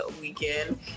weekend